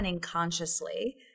consciously